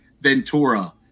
Ventura